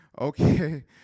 Okay